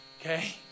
okay